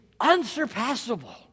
unsurpassable